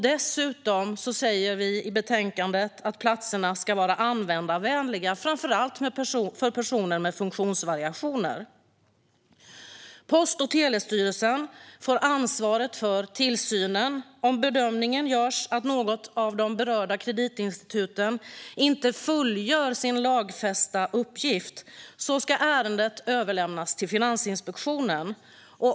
Dessutom säger vi i betänkandet att platserna ska vara användarvänliga, framför allt för personer med funktionsvariationer. Post och telestyrelsen får ansvaret för tillsynen. Om bedömningen görs att något av de berörda kreditinstituten inte fullgör sin lagfästa uppgift ska ärendet överlämnas till Finansinspektionen.